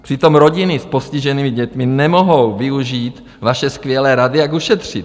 Přitom rodiny s postiženými dětmi nemohou využít vaše skvělé rady, jak ušetřit.